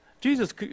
Jesus